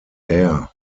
air